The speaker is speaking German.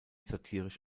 satirisch